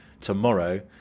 tomorrow